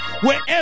wherever